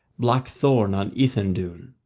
black thorn on ethandune?